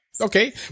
Okay